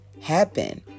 happen